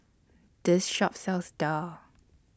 This Shop sells Daal